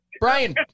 Brian